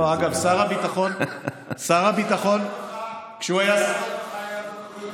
שהוא היה שר הרווחה, אנחנו יודעים.